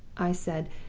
i said,